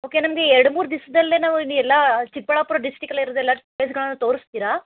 okay ನಮಗೆ ಎರಡು ಮೂರು ದಿವಸದಲ್ಲೇ ನಾವು ಎಲ್ಲ ಚಿಕ್ಕಬಳ್ಳಾಪುರ ಡಿಸ್ಟಿಕಲ್ಲಿ ಇರೋದೆಲ್ಲ ಪ್ಲೇಸ್ಗಳನ್ನು ತೋರಿಸ್ತೀರಾ